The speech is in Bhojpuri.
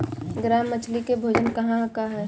ग्रास मछली के भोजन का ह?